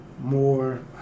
more